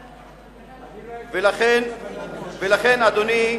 לכן, אדוני,